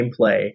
gameplay